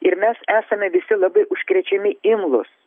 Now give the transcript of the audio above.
ir mes esame visi labai užkrečiami imlūs